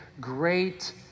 Great